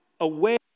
away